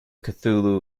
cthulhu